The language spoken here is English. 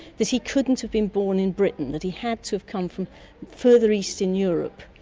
that he couldn't have been born in britain, that he had to have come from further east in europe,